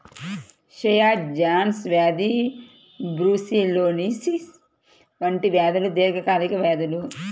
క్షయ, జాన్స్ వ్యాధి బ్రూసెల్లోసిస్ వంటి వ్యాధులు దీర్ఘకాలిక వ్యాధులు